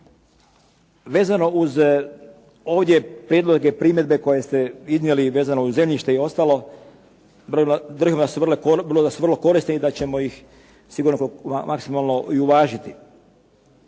Vezano uz ovdje prijedloge i primjedbe koje ste iznijeli, vezano uz zemljište i ostalo. Brojim da su bile vrlo korisne i sigurno da ćemo ih maksimalno uvažiti.